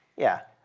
yeah.